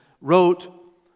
wrote